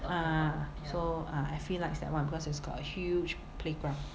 ah ah so ah effie likes that [one] because it's got a huge playground